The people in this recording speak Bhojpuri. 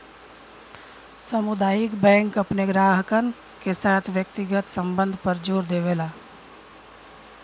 सामुदायिक बैंक अपने ग्राहकन के साथ व्यक्तिगत संबध पर जोर देवला